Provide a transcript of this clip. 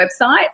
website